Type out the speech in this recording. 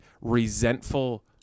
resentful